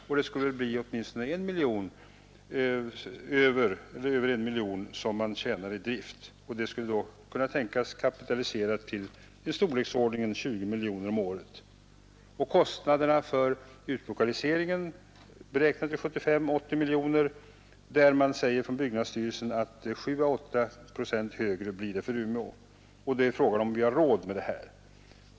Man skulle alltså tjäna över 1 miljon på driftkostnaderna, och det skulle kunna tänkas kapitaliserat i storleksordningen 20 miljoner om året. Kostnaderna för utlokaliseringen beräknas till 75—80 miljoner kronor. Byggnadsstyrelsen säger att 7—8 procent högre blir kostnaden för Umeå. Det är fråga om vi har råd med det här.